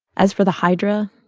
as for the hydra,